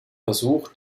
versuch